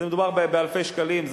מדובר באלפי שקלים.